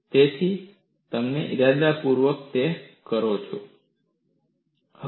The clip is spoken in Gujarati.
તેથી તમે ઇરાદાપૂર્વક તે કરો છો